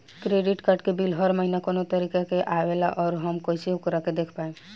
Credit card के bill हर महीना कौना तारीक के आवेला और आउर हम कइसे ओकरा के देख पाएम?